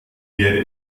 wäre